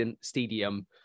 stadium